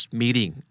meeting